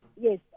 Yes